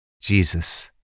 Jesus